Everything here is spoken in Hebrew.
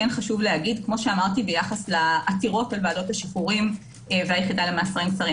כפי שאמרתי ביחס לעתירות בוועדות השחרורים והיחידה למאסרים קצרים